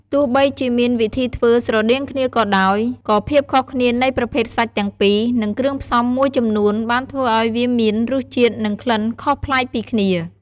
ទោះបីជាមានវិធីធ្វើស្រដៀងគ្នាក៏ដោយ ក៏ភាពខុសគ្នានៃប្រភេទសាច់ទាំងពីរ និងគ្រឿងផ្សំមួយចំនួនបានធ្វើឱ្យវាមានរសជាតិ និងក្លិនខុសប្លែកពីគ្នា។